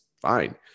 fine